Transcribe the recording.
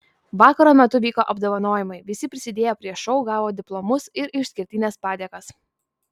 vakaro metu vyko apdovanojimai visi prisidėję prie šou gavo diplomus ir išskirtines padėkas